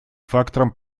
фактором